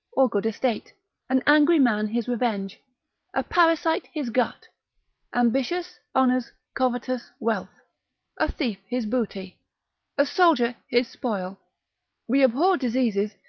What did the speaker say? or good estate an angry man his revenge a parasite his gut ambitious, honours covetous, wealth a thief his booty a soldier his spoil we abhor diseases,